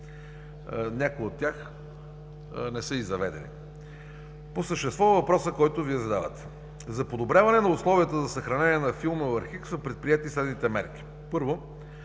някои от тях не са и заведени. По същество по въпроса, който Вие задавате. За подобряване на условията за съхранение на филмовия архив са предприети следните мерки – първо,